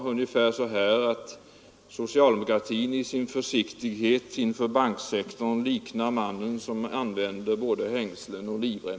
Han yttrade att socialdemokratins försiktighet inför banksektorn liknar mannen som använde både hängslen och livrem.